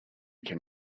can